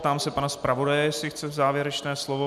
Ptám se pana zpravodaje, jestli chce závěrečné slovo.